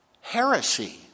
Heresy